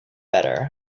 better